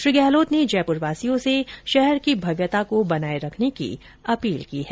श्री गहलोत ने जयपुर वासियों से शहर की भव्यता को बनाए रखने की अपील की है